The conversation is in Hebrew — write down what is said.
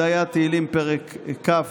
זה היה תהילים פרק כ'.